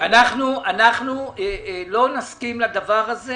אנחנו לא נסכים לדבר הזה